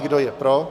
Kdo je pro?